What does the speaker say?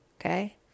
okay